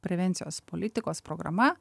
prevencijos politikos programa